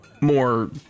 more